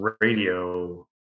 radio